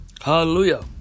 Hallelujah